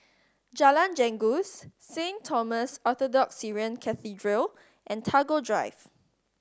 Jalan Janggus Saint Thomas Orthodox Syrian Cathedral and Tagore Drive